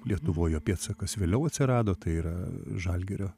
lietuvoj jo pėdsakas vėliau atsirado tai yra žalgirio